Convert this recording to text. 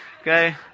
Okay